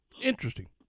Interesting